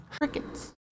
Crickets